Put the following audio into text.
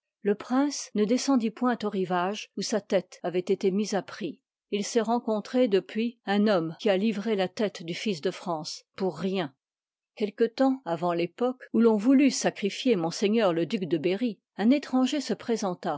le prince ne descendit point au rivage où sa tête avoit été mise à prix il s'est rencontré depuis un homme qui a livré la tête du fils de france pour rien quelque temps avant tépoque où ton voulut sacrifier m le duc de berry un étranger se présenta